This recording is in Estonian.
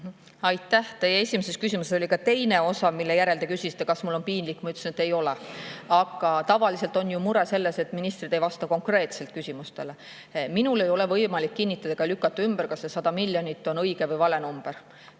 Aitäh! Teie esimesel küsimusel oli ka teine osa, mille järel te küsisite, kas mul on piinlik. Ma ütlesin, et ei ole. Aga tavaliselt on ju mure selles, et ministrid ei vasta konkreetselt küsimustele. Minul ei ole võimalik kinnitada ega lükata ümber, kas see 100 miljonit on õige või vale number.